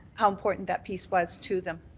how important that piece was to them.